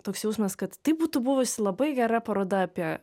toks jausmas kad tai būtų buvusi labai gera paroda apie